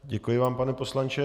Děkuji vám, pane poslanče.